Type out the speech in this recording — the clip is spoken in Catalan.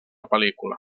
pel·lícula